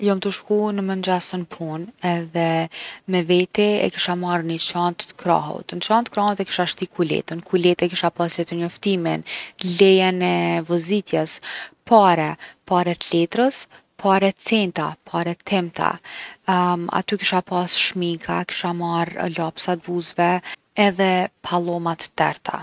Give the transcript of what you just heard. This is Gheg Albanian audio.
Jom tu shku n’mengjes n’punë edhe me veti e kisha marrë ni çantë t’krahut. N’çantë t’krahut e kisha shti kuletën. N’kuletë e kisha pas letërnjoftimin, lejen e vozitjes, pare, pare t’letres, pare centa, pare t’imta. aty kisha pas shminka, kisha marrë lapsa t’buzeve. Edhe palloma t’terta.